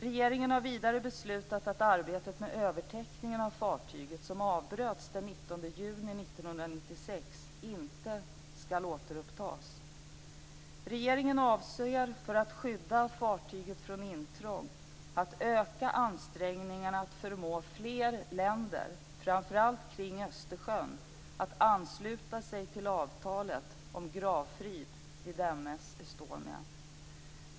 Regeringen har vidare beslutat att arbetet med övertäckningen av fartyget, som avbröts den 19 juni 1996, inte skall återupptas. För att skydda fartyget från intrång avser regeringen att öka ansträngningarna att förmå fler länder, framför allt kring Östersjön, att ansluta sig till avtalet om gravfrid vid M/S Estonia.